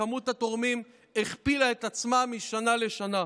וכמות התורמים הכפילה את עצמה משנה לשנה.